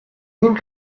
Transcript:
این